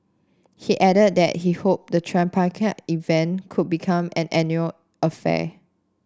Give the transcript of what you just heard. he added that he hoped the tripartite event could become an annual affair